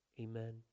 Amen